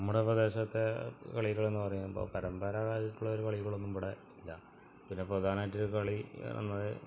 നമ്മുടെ പ്രദേശത്തെ കളികളെന്ന് പറയുമ്പോള് പാരമ്പര്യമായിട്ടുള്ളൊരു കളികളൊന്നും ഇവിടെ ഇല്ല പിന്നെ പ്രധാനമായിട്ടൊരു കളി എന്നത്